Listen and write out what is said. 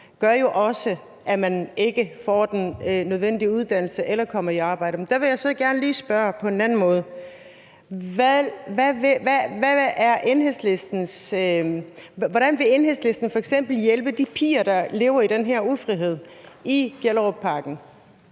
gør jo også, at man ikke får den nødvendige uddannelse eller kommer i arbejde. Der vil jeg så gerne lige spørge på en anden måde: Hvordan vil Enhedslisten f.eks. hjælpe de piger, der lever i den her ufrihed i Gellerupparken?